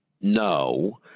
no